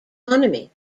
toponymy